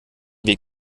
weg